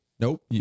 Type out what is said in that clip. Nope